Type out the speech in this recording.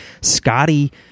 Scotty